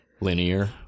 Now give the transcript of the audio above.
linear